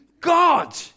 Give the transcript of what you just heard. God